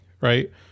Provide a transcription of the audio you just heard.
Right